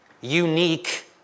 unique